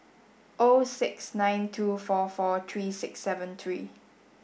O six nine two four four three six seven three